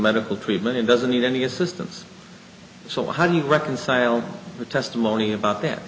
medical treatment it doesn't need any assistance so how do you reconcile the testimony about that